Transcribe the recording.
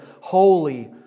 Holy